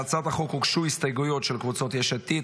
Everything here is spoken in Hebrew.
להצעת החוק הוגשו הסתייגויות של קבוצות יש עתיד,